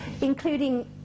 including